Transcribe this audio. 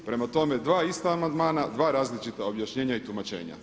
Prema tome, dva ista amandmana, dva različita objašnjenja i tumačenja.